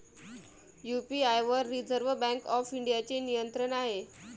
UPI वर reserve bank of इंडियाचे नियंत्रण आहे